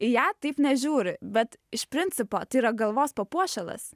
į ją taip nežiūri bet iš principo tai yra galvos papuošalas